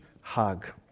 hug